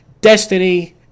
Destiny